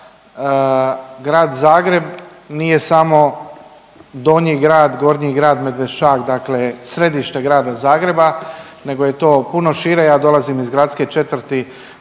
Zagreba. Grad Zagreb nije samo Donji grad, Gornji grad, Medveščak, dakle središte Grada Zagreba, nego je to puno šire. Ja dolazim iz Gradske četvrti